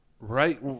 right